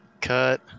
cut